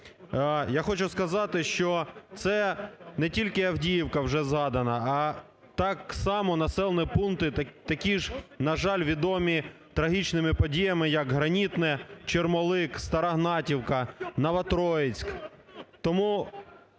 Я хочу сказати, що це не тільки Авдіївка вже згадана, а так само населені пункти такі ж, на жаль, відомі трагічними подіями, як Гранітне, Чермолик, Стара Гнатівка, Новотроїцьке.